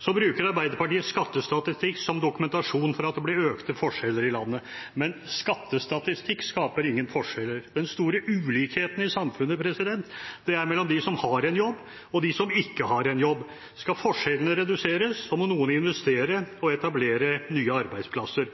Så bruker Arbeiderpartiet skattestatistikk som dokumentasjon på at det blir økte forskjeller i landet. Men skattestatistikk skaper ingen forskjeller. Den store ulikheten i samfunnet er mellom dem som har en jobb, og dem som ikke har en jobb. Skal forskjellene reduseres, må noen investere og etablere nye arbeidsplasser.